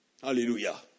Hallelujah